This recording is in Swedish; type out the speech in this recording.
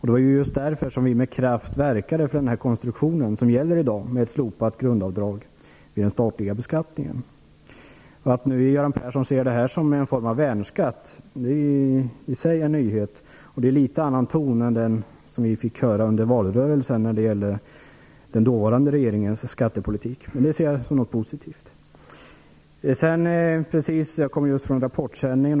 Det var just därför som vi med kraft verkade för den konstruktion som gäller i dag, dvs. ett slopat grundavdrag vid den statliga beskattningen. Att Göran Persson nu ser detta som en form av värnskatt är i sig en nyhet. Det är en något annan ton än den som vi fick höra under valrörelsen när det gällde den dåvarande regeringens skattepolitik. Det ser jag som något positivt. Jag såg just Rapportsändningen.